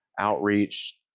outreach